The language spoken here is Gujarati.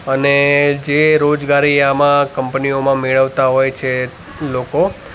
અને જે રોજગારી આમાં કંપનીઓમાં મેળવતા હોય છે લોકો